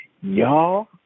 Y'all